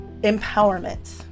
empowerment